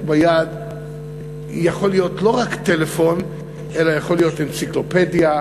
ביד יכול להיות לא רק טלפון אלא יכול להיות אנציקלופדיה,